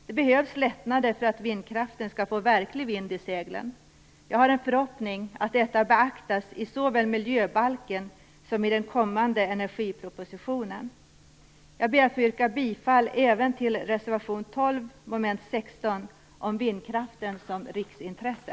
Det behövs lättnader för att vindkraften skall få verklig vind i seglen. Jag har en förhoppning om att detta beaktas i såväl miljöbalken som den kommande energipropositionen. Jag ber att få yrka bifall även till reservation 12, mom. 16, om vindkraften som riksintresse.